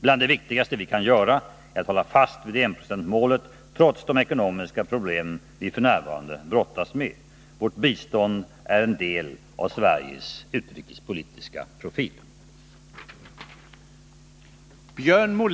Bland det viktigaste vi kan göra är att hålla fast vid enprocentsmålet trots de ekonomiska problem vi f. n. brottas med. Vårt bistånd är en del av Sveriges utrikespolitiska profil.